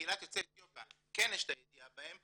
ולקהילת יוצאי אתיופיה כן יש את הידיעה בהם,